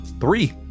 three